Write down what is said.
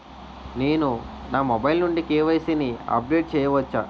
నేను నా మొబైల్ నుండి కే.వై.సీ ని అప్డేట్ చేయవచ్చా?